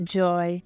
joy